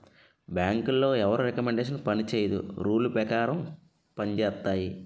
బ్యాంకులో ఎవరి రికమండేషన్ పనిచేయదు రూల్ పేకారం పంజేత్తాయి